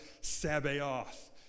Sabaoth